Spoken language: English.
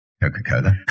Coca-Cola